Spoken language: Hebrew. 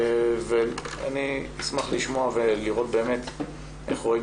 ואני אשמח לשמוע ולראות באמת איך רואים